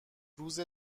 روز